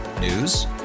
News